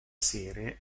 serie